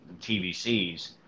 TVCs